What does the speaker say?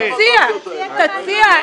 אז תציע, תציע, תציע.